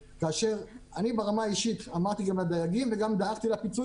ואני ברמה האישית אמרתי גם לדייגים וגם דאגתי לפיצוי